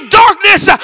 darkness